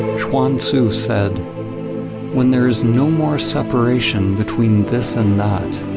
chuang tzu said when there is no more separation between this and that,